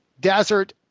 desert